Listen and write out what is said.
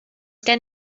gen